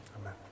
amen